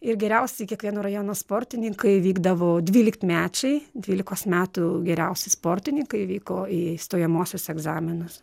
ir geriausi kiekvieno rajono sportininkai vykdavo dvyliktmečiai dvylikos metų geriausi sportininkai vyko į stojamuosius egzaminus